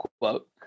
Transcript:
quote